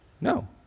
No